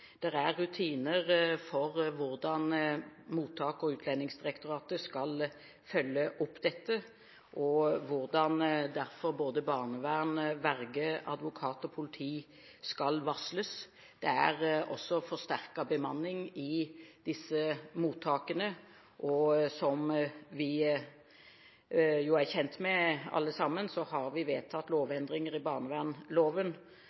Det er rutiner for hvordan mottak og Utlendingsdirektoratet skal følge opp dette, og derfor for hvordan barnevern, verge, advokat og politi skal varsles. Det er også forsterket bemanning i disse mottakene. Som vi alle sammen også er kjent med, har vi vedtatt